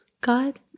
God